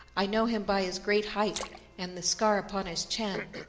i know him by his great height and the scar upon his chin.